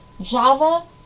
Java